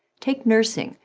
take nursing,